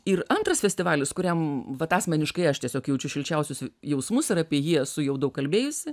ir antras festivalis kuriam vat asmeniškai aš tiesiog jaučiu šilčiausius jausmus ir apie jį esu jau daug kalbėjusi